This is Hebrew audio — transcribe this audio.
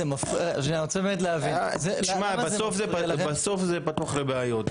בסוף זה פתוח לבעיות,